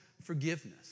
forgiveness